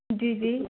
जी जी